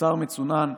בשר מצונן,